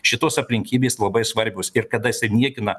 šitos aplinkybės labai svarbios ir kada jisai niekina